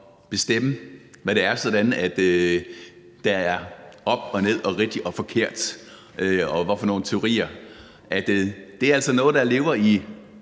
bestemme, hvad det er, der er op og ned og rigtigt og forkert – hvad for nogle teorier der er det. Det er altså noget, der lever i